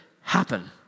happen